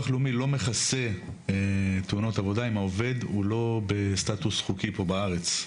לא מכסה תאונות עבודה אם העובד הוא לא בסטטוס חוקי פה בארץ.